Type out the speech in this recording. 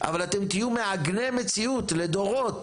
אבל אתם תהיו מעגני מציאות לדורות,